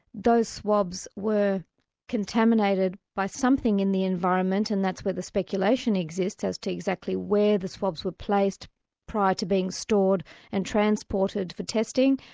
those swabs were contaminated by something in the environment, and that's where the speculation exists, as to exactly where the swabs were placed prior to being stored and transported for testing.